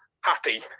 happy